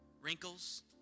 Wrinkles